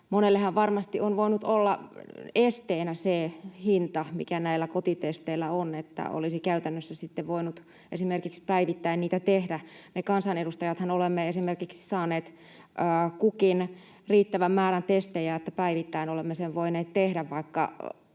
Monellehan varmasti on voinut olla esteenä se hinta, mikä näillä kotitesteillä on, että olisi käytännössä sitten voinut esimerkiksi päivittäin niitä tehdä. Me kansanedustajathan olemme esimerkiksi saaneet kukin riittävän määrän testejä, niin että päivittäin olemme sen voineet tehdä, vaikka